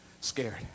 scared